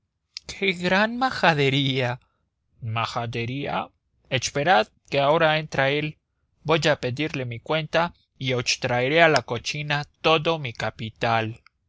qué gran majadería majadería esperad que ahora entra él voy a pedirle mi cuenta y os traeré a la cocina todo mi capital